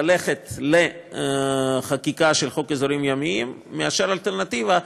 ללכת לחקיקה של חוק אזורים ימיים מאשר האלטרנטיבה,